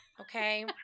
Okay